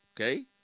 okay